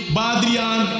Badrian